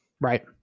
right